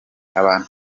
abantu